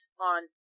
on